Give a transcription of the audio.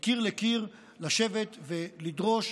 מקיר לקיר, לשבת ולדרוש